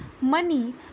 Money